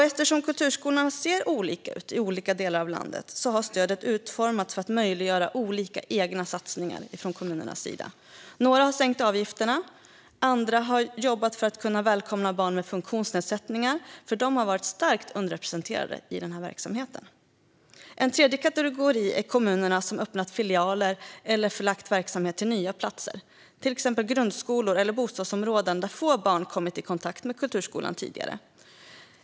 Eftersom kulturskolorna ser olika ut i olika delar av landet har stödet utformats för att möjliggöra kommunernas egna olika satsningar. Några har sänkt avgifterna. Andra har jobbat för att kunna välkomna barn med funktionsnedsättningar, eftersom de har varit starkt underrepresenterade i verksamheten. En tredje kategori är kommuner som har öppnat filialer eller förlagt verksamhet till nya platser, till exempel till grundskolor eller bostadsområden där få barn har kommit i kontakt med kulturskolan tidigare.